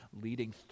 leading